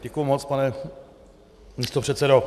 Děkuju moc, pane místopředsedo.